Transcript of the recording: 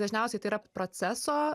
dažniausiai tai yra proceso